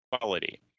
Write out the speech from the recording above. quality